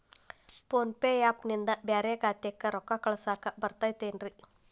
Phone pay app ನಿಂದ ಬ್ಯಾರೆ ಖಾತೆಕ್ ರೊಕ್ಕಾ ಕಳಸಾಕ್ ಬರತೈತೇನ್ರೇ?